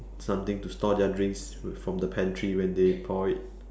something to store their drinks from the pantry when they pour it